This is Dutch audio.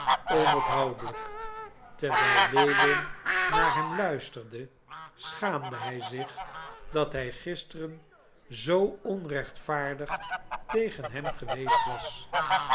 onophoudelijk terwijl lewin naar hem luisterde schaamde hij zich dat hij gisteren zoo onrechtvaardig tegen hem geweest was